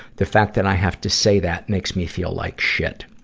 the fact that i have to say that makes me feel like shit.